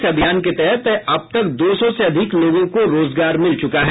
इस अभियान के तहत अब तक दो सौ से अधिक लोगों को रोजगार मिल चुका है